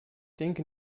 denke